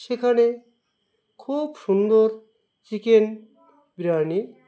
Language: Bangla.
সেখানে খুব সুন্দর চিকেন বিরিয়ানি